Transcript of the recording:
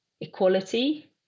equality